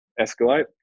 escalate